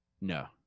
No